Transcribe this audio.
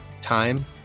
time